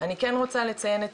אנחנו מסתמכים